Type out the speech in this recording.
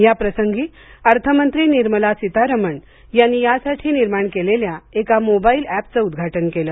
या प्रसंगी अर्थमंत्री निर्मला सीतारमण यांनी यासाठी निर्माण केलेल्या एका मोबाइल अॅपचं उद्घाटन केलं